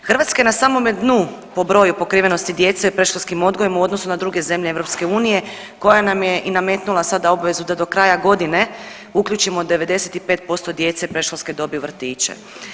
Hrvatska je na samome dnu po broju pokrivenosti djece predškolskim odgojem u odnosu na druge zemlje EU koja nam je i nametnula sada obvezu da do kraja godine uključimo 95% djece predškolske dobi u vrtiće.